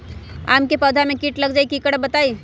आम क पौधा म कीट लग जई त की करब बताई?